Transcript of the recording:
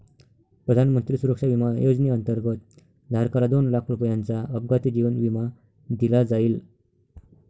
प्रधानमंत्री सुरक्षा विमा योजनेअंतर्गत, धारकाला दोन लाख रुपयांचा अपघाती जीवन विमा दिला जाईल